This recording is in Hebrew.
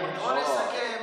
בואו נסכם